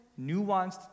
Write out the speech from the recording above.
nuanced